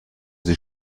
sie